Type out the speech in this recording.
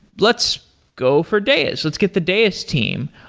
let's go for deis. let's get the deis team.